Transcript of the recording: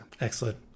Excellent